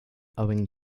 owing